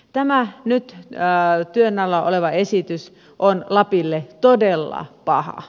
tämä nyt työn alla oleva esitys on lapille todella paha